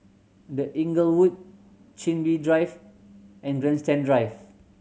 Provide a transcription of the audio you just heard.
The Inglewood Chin Bee Drive and Grandstand Drive